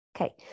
Okay